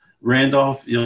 Randolph